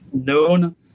known